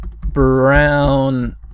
brown